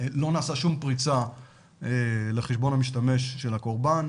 לא נעשית שום פריצה לחשבון המשתמש של הקורבן,